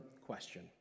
question